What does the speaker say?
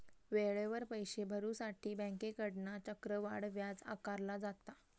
वेळेवर पैशे भरुसाठी बँकेकडना चक्रवाढ व्याज आकारला जाता